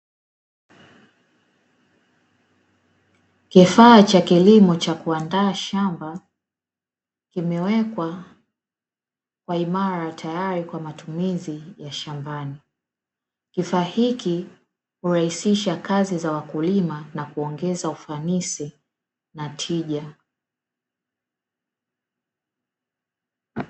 Kifaa cha kilimo cha kuandaa shamba kimewekwa kwa imara tayari kwa matumizi ya shambani, kifaa hiki hurahisisha kazi za wakulima na kuongeza ufanisi na tija.